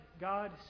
God